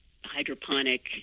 hydroponic